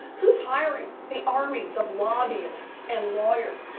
who's hiring the armies of lobbyists and lawyers?